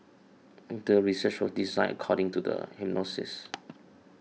the research was designed according to the hypothesis